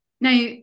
Now